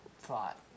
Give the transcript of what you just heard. thought